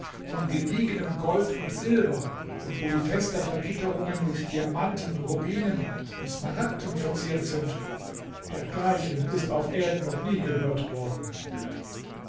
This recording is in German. von gediegenem gold und silber und wo die fenstervergitterungen mit diamanten rubinen und smaragden verziert sind dergleichen ist auf erden noch nie gehört worden